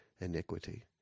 iniquity